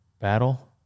battle